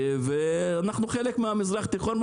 אנחנו חלק מהמזרח התיכון,